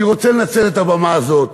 אני רוצה לנצל את הבמה הזאת